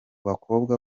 bakobwa